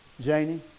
Janie